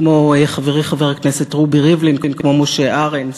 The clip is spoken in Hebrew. כמו חברי חבר הכנסת רובי ריבלין, כמו משה ארנס.